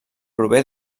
prové